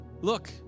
Look